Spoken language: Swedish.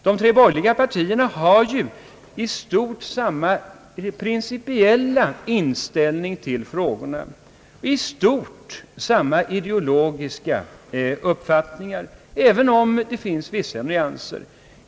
De tre borgerliga partierna har ju i stort samma principiella inställning till frågorna, i stort samma ideologiska uppfattningar, även om det förekommer vissa nyanser.